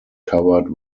covered